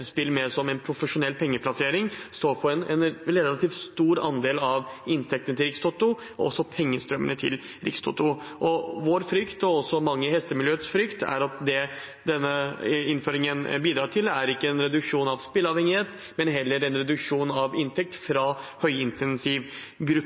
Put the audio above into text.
med hestespill mer som en profesjonell pengeplassering, står for en relativt stor andel av inntektene til Rikstoto og også pengestrømmene til Rikstoto. Vår frykt, og også mange i hestemiljøets frykt, er at denne innføringen ikke bidrar til en reduksjon av spilleavhengighet, men heller til en reduksjon av